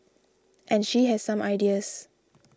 and she has some ideas